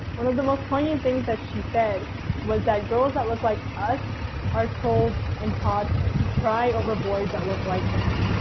one of the most poignant things that she said was that girls that look like us are told and taught to cry over boys that look like them,